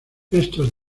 estos